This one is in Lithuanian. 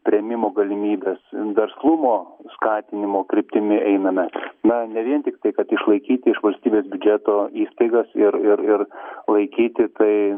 priėmimo galimybes verslumo skatinimo kryptimi einame na ne vien tiktai kad išlaikyti iš valstybės biudžeto įstaigas ir ir ir laikyti tai